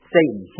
Satan